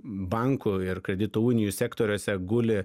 bankų ir kredito unijų sektoriuose guli